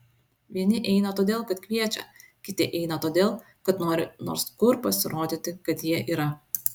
vieni eina todėl kad kviečia kiti eina todėl kad nori nors kur pasirodyti kad jie yra